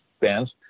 bands